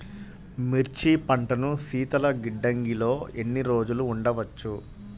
మిర్చి పంటను శీతల గిడ్డంగిలో ఎన్ని రోజులు ఉంచవచ్చు?